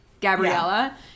Gabriella